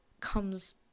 comes